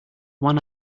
one